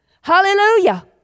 Hallelujah